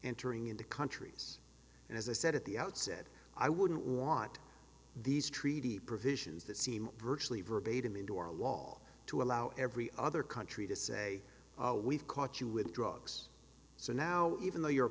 entering into countries and as i said at the outset i wouldn't want these treaty provisions that seem virtually verbatim into our law to allow every other country to say we've caught you with drugs so now even though you're a